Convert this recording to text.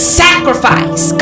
sacrifice